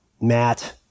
Matt